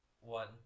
one